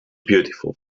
beautiful